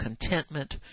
contentment